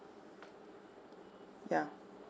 ya